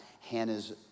Hannah's